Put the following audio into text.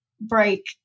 break